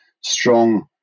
strong